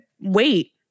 wait